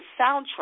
soundtrack